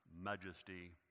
majesty